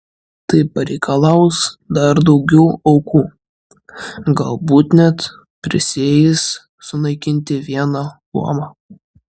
tai pareikalaus dar daugiau aukų galbūt net prisieis sunaikinti vieną luomą